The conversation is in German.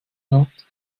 schaut